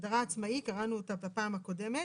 את ההגדרה "עצמאי" קראנו בפעם הקודמת.